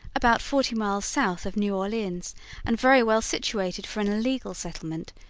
about forty miles south of new orleans and very well situated for an illegal settlement,